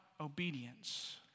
obedience